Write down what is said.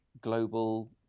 global